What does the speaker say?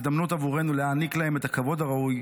הוא הזדמנות בעבורנו להעניק להם את הכבוד הראוי.